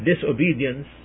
disobedience